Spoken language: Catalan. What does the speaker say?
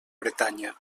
bretanya